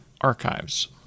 archives